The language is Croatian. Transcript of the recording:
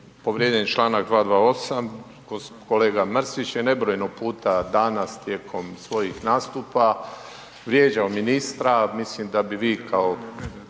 povrijeđen je članak 228. kolega Mrsić je nebrojeno puta danas tijekom svojih nastupa vrijeđao ministra. Mislim da bi vi kao